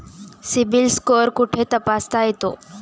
CIBIL score कुठे तपासता येतो?